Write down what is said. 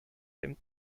dem